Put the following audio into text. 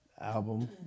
album